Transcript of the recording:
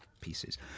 pieces